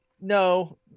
No